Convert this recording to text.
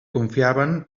confiaven